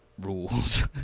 rules